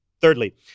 Thirdly